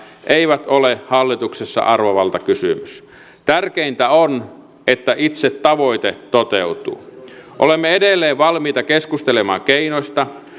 eivät ole hallituksessa arvovaltakysymys tärkeintä on että itse tavoite toteutuu olemme edelleen valmiita keskustelemaan keinoista